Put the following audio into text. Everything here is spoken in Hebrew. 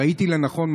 ראיתי לנכון,